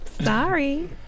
Sorry